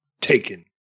taken